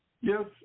Yes